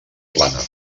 plana